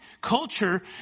culture